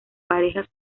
parejas